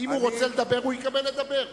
נרשם, ואם הוא רוצה לדבר הוא יקבל רשות לדבר.